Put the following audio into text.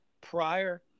prior